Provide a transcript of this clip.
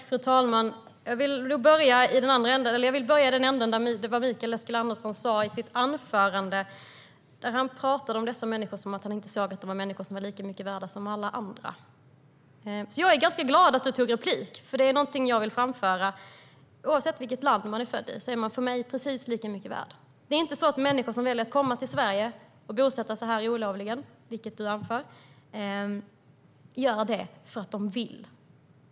Fru talman! Jag vill börja i den ände som handlar om vad Mikael Eskilandersson sa i sitt anförande. Han talade om dessa människor som om han inte anser att de är lika mycket värda som alla andra. Jag är glad att du tog replik, Mikael Eskilandersson, för detta är något jag vill framföra: Oavsett vilket land man är född i är man, enligt mig, precis lika mycket värd. Det är inte så att människor som väljer att komma till Sverige och bosätta sig här olovligen, vilket du anförde, gör det för att de vill.